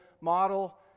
model